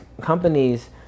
companies